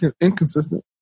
inconsistent